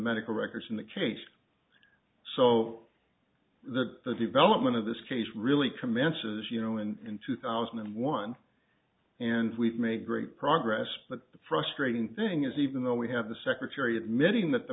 medical records in the case so the development of this case really commences you know and two thousand and one and we've made great progress but the frustrating thing is even though we have the secretary admitting that the